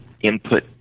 input